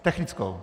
Technickou.